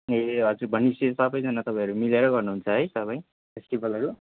ए हजुर भनेपछि सबैजना तपाईँहरू मिलेर गर्नुहुन्छ है सबै फेस्टिभलहरू